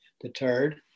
deterred